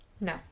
No